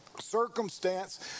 circumstance